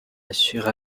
assure